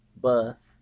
Bus